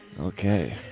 Okay